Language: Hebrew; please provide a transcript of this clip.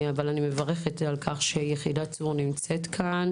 אבל אני מברכת על כך שיחידת צור נמצאת כאן